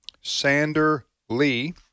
Sander-Lee